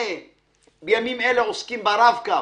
בימים אלה עוסקים ברב-קו,